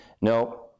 no